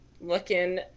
looking